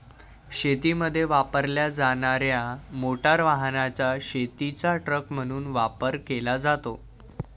शेतीमध्ये वापरल्या जाणार्या मोटार वाहनाचा शेतीचा ट्रक म्हणून वापर केला जातो